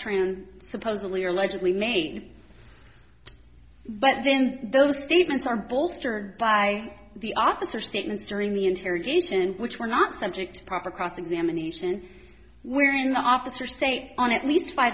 trend supposedly or allegedly made but then those statements are bolstered by the officer statements during the interrogation which were not subject to proper cross examination where an officer state on at least